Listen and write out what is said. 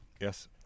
Yes